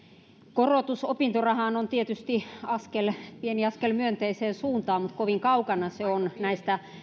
korotus opintorahaan on tietysti pieni askel myönteiseen suuntaan mutta kovin kaukana se on näistä